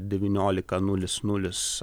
devyniolika nulis nulis